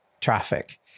traffic